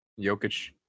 Jokic